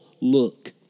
look